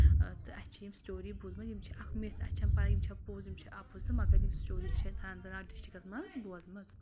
تہٕ اَسہِ چھِ یِم سٹوری بوٗزمٕژ یِم چھِ اَکھ مِتھ اَسہِ چھنہٕ پایی یِم چھا پوٚز یِم چھِ اَپُز تہٕ مگر یِم سٹوری چھِ اَسہِ اَننت ناگ ڈِسٹرکَس منٛز بوزمژٕ